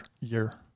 year